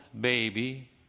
baby